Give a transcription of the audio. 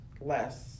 less